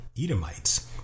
Edomites